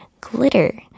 glitter